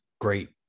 great